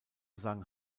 sang